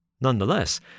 Nonetheless